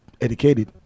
educated